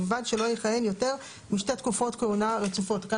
ובלבד שלא יכהן יותר משתי תקופות כהונה רצופות." כאן